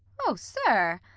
o, sir,